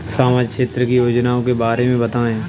सामाजिक क्षेत्र की योजनाओं के बारे में बताएँ?